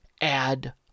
add